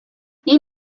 این